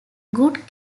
good